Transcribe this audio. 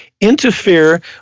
interfere